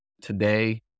today